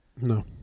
No